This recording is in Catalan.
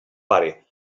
pare